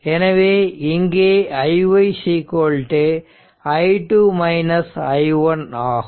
எனவே இங்கே iy i2 i1 ஆகும்